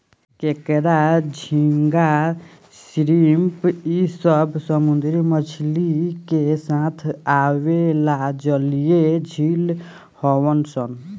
केकड़ा, झींगा, श्रिम्प इ सब समुंद्री मछली के साथ आवेला जलीय जिव हउन सन